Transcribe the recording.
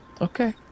Okay